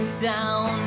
down